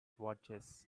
watches